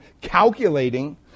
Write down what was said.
calculating